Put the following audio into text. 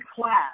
class